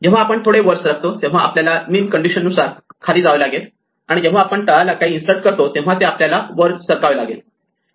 जेव्हा आपण थोडे वर सरकतो तेव्हा आपल्याला मीन कंडिशन नुसार खाली जावे लागेल आणि जेव्हा आपण तळाला काही इन्सर्ट करतो तेव्हा ते आपल्याला वर सरकवावे लागतात